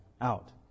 out